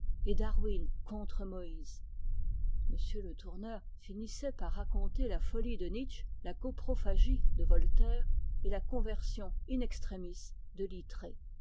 et darwin contre moïse m le tourneur finissait par raconter la folie de nietzsche la coprophagie de voltaire et la conversion in extremis de